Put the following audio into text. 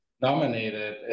nominated